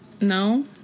no